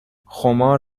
خمار